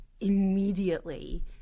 immediately